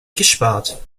gespart